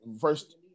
First